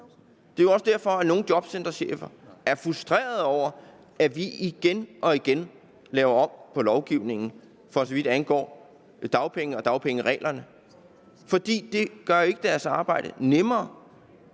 Det er jo også derfor, at nogle jobcenterchefer er frustrerede over, at vi igen og igen laver om på lovgivningen, for så vidt angår dagpenge og dagpengereglerne. For det gør jo ikke deres arbejde nemmere;